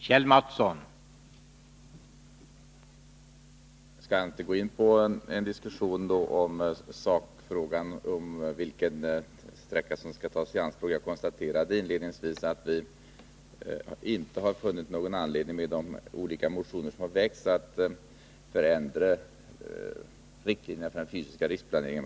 Herr talman! Jag skall inte gå in i någon diskussion om vilka älvsträckor som skall tas i anspråk. Inledningsvis konstaterade jag att vi med anledning av de motioner som väckts inte funnit något skäl att ändra riktlinjerna för den fysiska riksplaneringen.